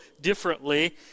differently